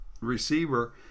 receiver